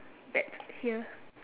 bet here